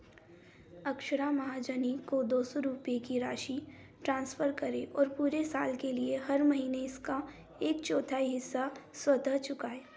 अक्षरा महाजनी को दो सौ रुपये की राशि ट्रांसफ़र करें और पूरे साल के लिए हर महीने इसका एक चौथाई हिस्सा स्वतः चुकाएँ